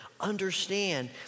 understand